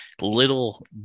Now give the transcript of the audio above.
little